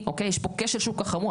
יש פה כשל שוק כל כך חמור.